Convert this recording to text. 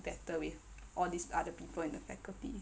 better with all these other people in the faculty